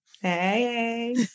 hey